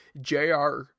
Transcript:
jr